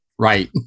Right